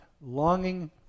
Longing